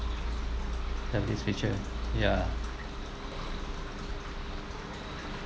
have this feature ya